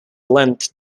length